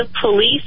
police